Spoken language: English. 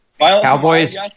Cowboys